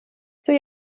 zur